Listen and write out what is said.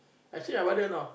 actually I wonder you know